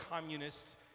communists